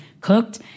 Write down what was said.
cooked